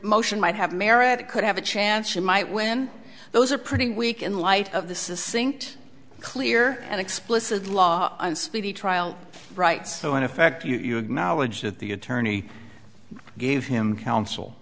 motion might have merit it could have a chance you might win those are pretty weak in light of the sinked clear and explicit law and speedy trial rights so in effect you acknowledge that the attorney gave him counsel